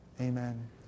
amen